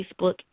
Facebook